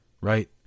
Right